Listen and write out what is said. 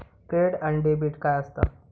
Credit आणि debit काय असता?